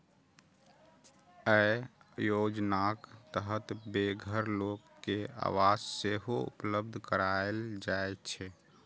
अय योजनाक तहत बेघर लोक कें आवास सेहो उपलब्ध कराएल जाइ छै